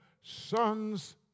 sons